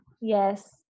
Yes